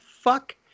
fuck